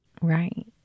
Right